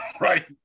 Right